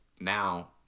now